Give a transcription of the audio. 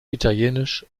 italienisch